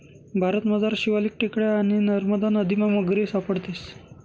भारतमझार शिवालिक टेकड्या आणि नरमदा नदीमा मगरी सापडतीस